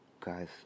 guys